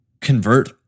convert